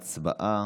הצבעה.